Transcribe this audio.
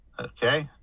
okay